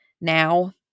Now